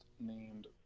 named